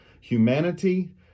Humanity